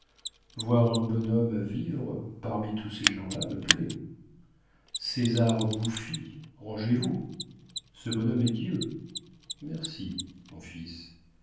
voir un bonhomme vivre parmi tous ces gens-là me plaît césars bouffis rangez-vous ce bonhomme est dieu merci mon fils